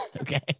Okay